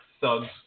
thugs